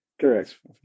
correct